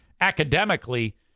academically